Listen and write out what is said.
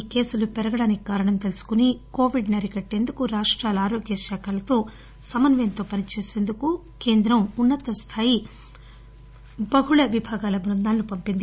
ఈ కేసులు పెరగడానికి కారణం తెలుసుకుని కోవిడ్ ని అరికట్టేందుకు రాష్టాల ఆరోగ్య శాఖలతో సమన్వయంతో పని చేసేందుకు కేంద్రం ఉన్న తస్థాయి బహు విభాగాల బృందాలను పంపింది